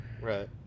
Right